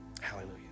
Hallelujah